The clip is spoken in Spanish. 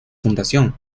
fundación